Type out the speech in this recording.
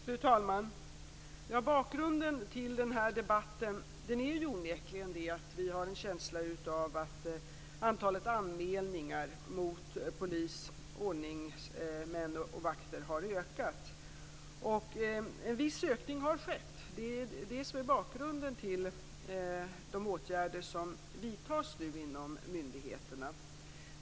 Fru talman! Bakgrunden till denna debatt är onekligen att vi har en känsla av att antalet anmälningar mot polis, ordningsmän och vakter har ökat. En viss ökning har skett. Det är det som är bakgrunden till de åtgärder som nu vidtas inom myndigheterna.